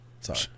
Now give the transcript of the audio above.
Sorry